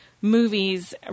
movies